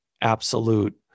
absolute